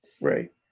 right